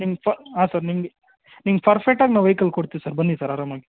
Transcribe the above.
ನಿಮ್ಮ ಪ ಹಾಂ ಸರ್ ನಿಮಗೆ ನಿಮ್ಗೆ ಫರ್ಫೆಕ್ಟ್ ಆಗಿ ನಾವು ವೆಯ್ಕಲ್ ಕೊಡ್ತೀವಿ ಸರ್ ಬನ್ನಿ ಸಾರ್ ಆರಾಮಾಗಿ